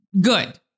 good